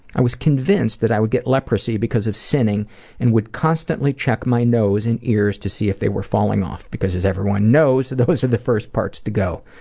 i was convinced i would get leprosy because of sinning and would constantly check my nose and ears to see if they were falling off. because as everyone knows, those are the first parts to go.